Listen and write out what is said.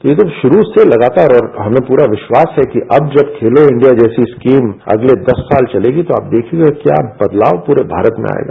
ये तो शुरू से लगातार और हमें पूरा विश्वास है कि अब जब खेलो इंडिया जैसी स्कीम अगले दस साल चलेगी तो आप देखिएगा क्या बदलाव पूरे भारत में आएगा